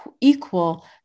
equal